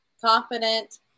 Confident